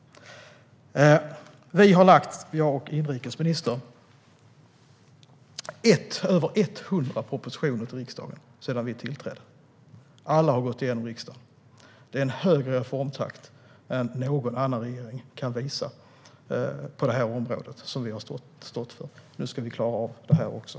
Jag och inrikesministern har lagt fram över 100 propositioner till riksdagen sedan vi tillträdde. Alla har gått igenom riksdagen. Det är en högre reformtakt än någon annan regering har kunnat visa på detta område. Nu ska vi klara av detta också.